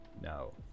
no